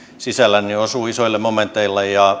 sisällä ne osuvat isoille momenteille